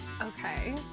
Okay